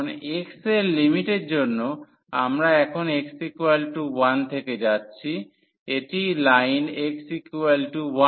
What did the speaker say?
এখন x এর লিমিটের জন্য আমরা এখন x 1 থেকে যাচ্ছি এটি লাইন x1